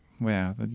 Wow